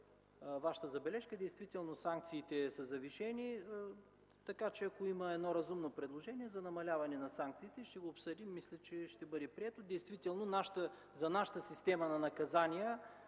Вашата забележка. Действително санкциите са завишени. Така че, ако има едно разумно предложение за намаляване на санкциите, ще го обсъдим и мисля, че ще бъде прието. Действително за нашата система на наказания